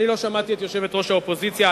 לא שמעתי את יושבת-ראש האופוזיציה.